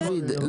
דוד,